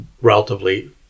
relatively